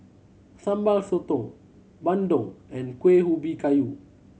Sambal Sotong bandung and Kuih Ubi Kayu